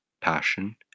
passion